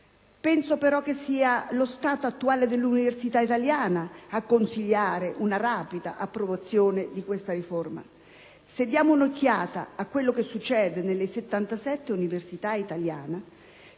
Penso però che sia lo stato attuale dell'università italiana a consigliare una rapida approvazione di questa riforma. Se diamo un'occhiata a quello che succede nelle 77 università italiane,